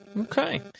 Okay